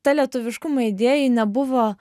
ta lietuviškumo idėja ji nebuvo